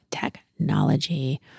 technology